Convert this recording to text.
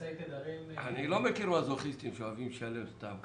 אני לא מכיר מזוכיסטיים שאוהבים לשלם סתם ככה.